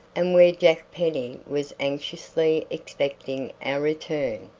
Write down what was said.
and where jack penny was anxiously expecting our return.